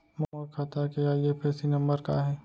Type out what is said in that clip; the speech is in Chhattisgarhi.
मोर खाता के आई.एफ.एस.सी नम्बर का हे?